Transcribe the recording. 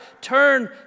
Turn